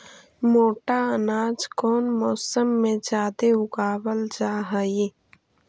मोटा अनाज कौन मौसम में जादे उगावल जा हई?